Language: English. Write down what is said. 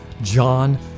John